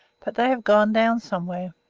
but they have gone down somewhere.